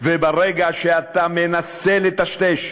וברגע שאתה מנסה לטשטש,